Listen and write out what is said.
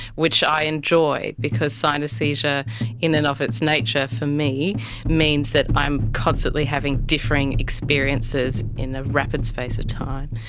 which i enjoy because synaesthesia in and of its nature for me means that i'm constantly having differing experiences in a rapid space of time.